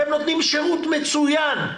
אתם נותנים שירות מצוין,